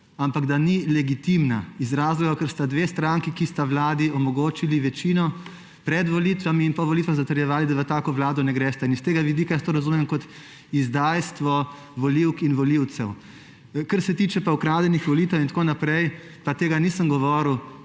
ampak da ni legitimna, in sicer iz razloga, ker sta dve stranki, ki sta vladi omogočili večino, pred volitvami in po volitvah zatrjevali, da v tako vlado ne gresta. In s tega vidika jaz to razumem kot izdajstvo volivk in volivcev. Kar se tiče pa ukradenih volitev in tako naprej, pa tega nisem govoril,